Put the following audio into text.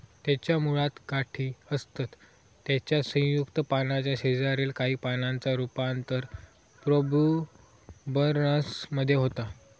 त्याच्या मुळात गाठी असतत त्याच्या संयुक्त पानाच्या शेजारील काही पानांचा रूपांतर प्रोट्युबरन्स मध्ये होता